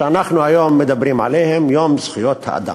שאנחנו מדברים עליהן היום, ביום זכויות האדם.